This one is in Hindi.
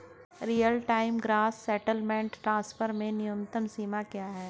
Real time gross settlement transfer में न्यूनतम सीमा क्या है?